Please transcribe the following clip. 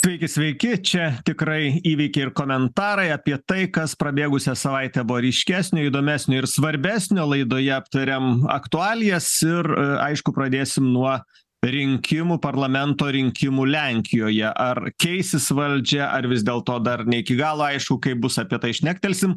taigi sveiki čia tikrai įvykiai ir komentarai apie tai kas prabėgusią savaitę buvo ryškesnio įdomesnio ir svarbesnio laidoje aptariam aktualijas ir aišku pradėsim nuo rinkimų parlamento rinkimų lenkijoje ar keisis valdžia ar vis dėlto dar ne iki galo aišku kaip bus apie tai šnektelsim